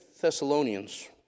Thessalonians